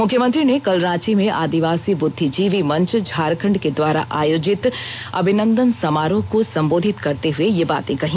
मुख्यमंत्री ने कल रांची में आदिवासी बुद्दिजीवी मंच झारखंड के द्वारा आयोजित अभिनंदन समारोह को संबोधित करते हुए ये बातें कहीं